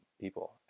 people